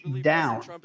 down